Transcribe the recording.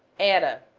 and